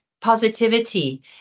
positivity